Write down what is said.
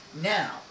now